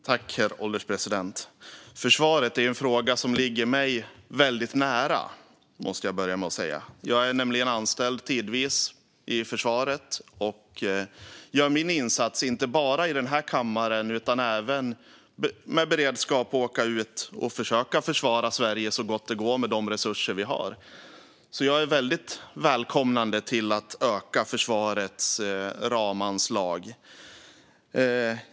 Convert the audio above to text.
Herr ålderspresident! Försvaret är en fråga som ligger mig nära. Jag är nämligen tidvis anställd i försvaret, så jag gör min insats inte bara här i kammaren utan även med beredskap för att försöka försvara Sverige så gott det går med de resurser vi har. Jag välkomnar därför att försvarets ramanslag ökar.